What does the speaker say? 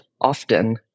often